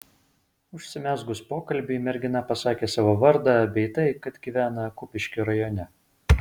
užsimezgus pokalbiui mergina pasakė savo vardą bei tai kad gyvena kupiškio rajone